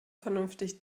vernünftig